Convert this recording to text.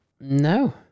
No